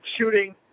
shooting